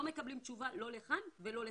לא מקבלים תשובה לא לכאן ולא לכאן.